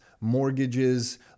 mortgages